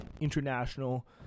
international